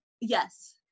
yes